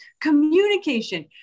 Communication